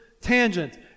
tangent